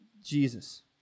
Jesus